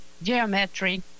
Geometry